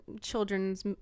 children's